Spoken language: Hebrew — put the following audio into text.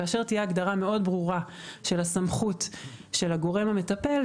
כאשר תהיה הגדרה מאוד ברורה של הסמכות של הגורם המטפל,